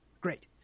Great